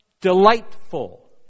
delightful